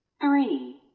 three